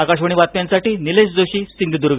आकाशवाणी बातम्यांसाठी निलेश जोशी सिंधुदर्ग